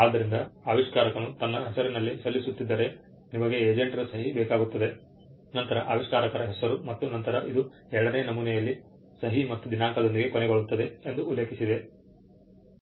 ಆದ್ದರಿಂದ ಆವಿಷ್ಕಾರಕನು ತನ್ನ ಹೆಸರಿನಲ್ಲಿ ಸಲ್ಲಿಸುತ್ತಿದ್ದರೆ ನಿಮಗೆ ಏಜೆಂಟರ ಸಹಿ ಬೇಕಾಗುತ್ತದೆ ನಂತರ ಆವಿಷ್ಕಾರಕರ ಹೆಸರು ಮತ್ತು ನಂತರ ಇದು 2 ನೇಯ ನಮೂನೆಯಲ್ಲಿ ಸಹಿ ಮತ್ತು ದಿನಾಂಕದೊಂದಿಗೆ ಕೊನೆಗೊಳ್ಳುತ್ತದೆ ಎಂದು ಉಲ್ಲೇಖಿಸಿದೆ